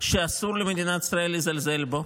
שאסור למדינת ישראל לזלזל בו.